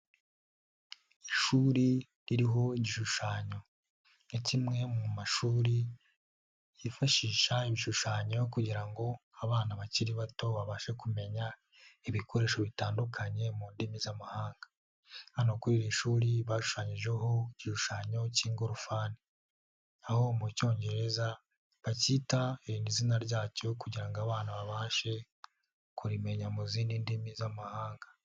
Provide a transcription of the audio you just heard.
Ishuri ririho igishushanyo, ni kimwe mu mashuri yifashisha ibishushanyo kugira ngo abana bakiri bato babashe kumenya ibikoresho bitandukanye mu ndimi z'amahanga, hano kuri iri shuri bashushanyijeho igishushanyo k'ingorofani, aho mu Cyongereza bacyita, iri ni izina ryacyo kugira ngo abana babashe kurimenya mu zindi ndimi z'amahanga.